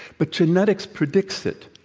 but genetics predicts it.